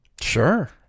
Sure